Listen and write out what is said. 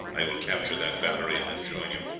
i will capture that battery and then join you.